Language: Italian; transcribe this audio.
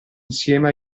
insieme